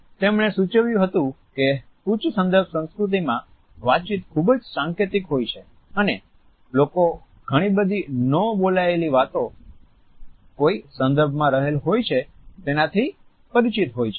તેમણે સૂચવ્યું હતું કે ઉચ્ચ સંદર્ભ સંસ્કૃતિમાં વાતચીત ખૂબ જ સાંકેતિક હોય છે અને લોકો ઘણી બધી ન બોલાયેલી વાતો કોઈ સંદર્ભમાં રહેલ હોય છે તેનાથી પરિચિત હોય છે